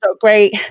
great